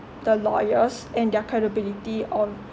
the lawyers and their credibility on